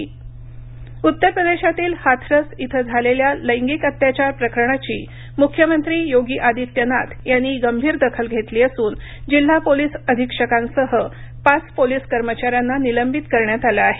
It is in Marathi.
युपी हाथरस उत्तरप्रदेशातील हाथरस इथं झालेल्या लैंगिक अत्याचार प्रकरणाची मुख्यमंत्री योगी आदित्यनाथ यांनी गंभीर दखल घेतली असून जिल्हा पोलीस अधीक्षकांसह पाच पोलीस कर्मचाऱ्यांना निलंबित करण्यात आलं आहे